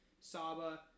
Saba